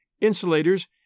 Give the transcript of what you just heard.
insulators